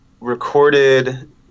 recorded